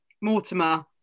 Mortimer